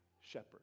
shepherd